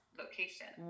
location